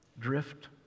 drift